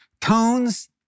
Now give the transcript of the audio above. tones